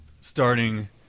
starting